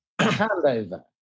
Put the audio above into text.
handover